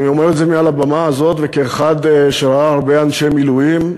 ואני אומר את זה מעל הבמה הזאת וכאחד שראה הרבה אנשי מילואים,